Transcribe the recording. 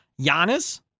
Giannis